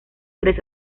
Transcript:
tres